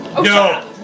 no